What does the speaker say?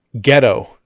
Ghetto